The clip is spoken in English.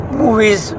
movies